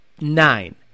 nine